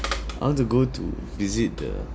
I want to go to visit the